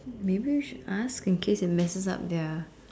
maybe we should ask in case it messes up their